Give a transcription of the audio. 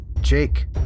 Jake